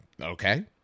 Okay